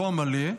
לא המלא,